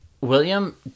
William